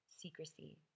secrecy